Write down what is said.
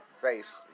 face